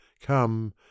come